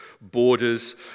borders